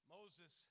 Moses